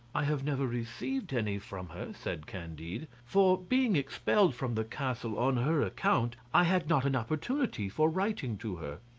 i have never received any from her, said candide, for being expelled from the castle on her account i had not an opportunity for writing to her.